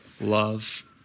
love